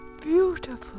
beautiful